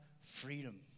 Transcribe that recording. freedom